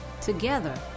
Together